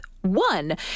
one